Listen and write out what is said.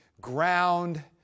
ground